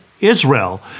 Israel